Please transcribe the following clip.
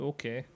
Okay